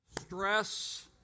Stress